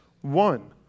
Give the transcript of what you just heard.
one